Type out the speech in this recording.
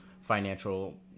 financial